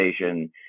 station